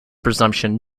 presumption